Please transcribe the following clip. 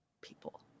people